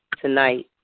tonight